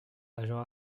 agent